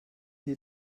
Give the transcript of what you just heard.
die